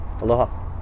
Aloha